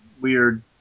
weird